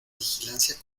vigilancia